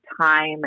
time